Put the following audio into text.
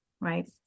right